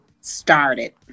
started